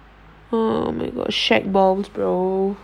oh my god shag balls bro